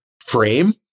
frame